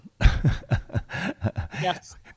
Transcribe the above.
Yes